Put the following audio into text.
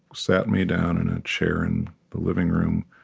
sat me down in a chair in the living room,